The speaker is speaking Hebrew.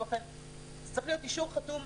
צריך להיות אישור חתום.